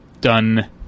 done